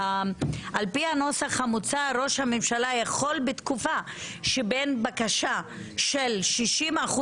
על פי הנוסח המוצע ראש הממשלה יכול בתקופה שבין בקשה של 60%